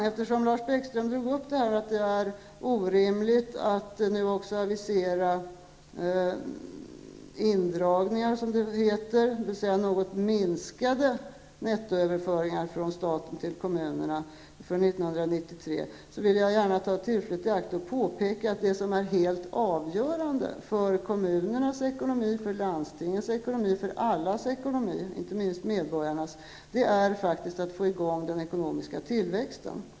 Eftersom Lars Bäckström drog upp att det är orimligt att nu också avisera indragningar, som det heter, dvs. något minskade nettoöverföringar från staten till kommunerna för 1993, vill jag gärna ta tillfället i akt och påpeka att det som är helt avgörande för kommunernas ekonomi, för landstingens ekonomi, för allas ekonomi, inte minst medborgarnas, faktiskt är att få i gång den ekonomiska tillväxten.